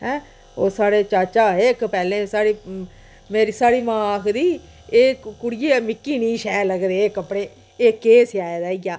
ऐं ओह् साढ़ै चाचा हे इक पैह्ले मेरी साढ़ी मां आखदी एह् कुड़िये मिकी नी शैल लगदे एह् कपड़े एह् केह् सेआए दा ही ऐ